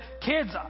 Kids